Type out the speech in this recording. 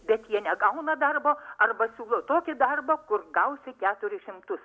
bet jie negauna darbo arba siūlo tokį darbą kur gausi keturis šimtus